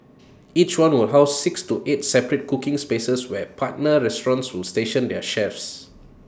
each one will house six to eight separate cooking spaces where partner restaurants will station their chefs